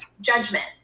judgment